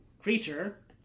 creature